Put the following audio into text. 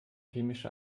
chemische